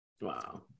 Wow